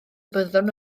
byddwn